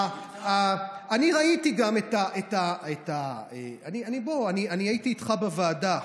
אני ראיתי גם, אני הייתי איתך בוועדה.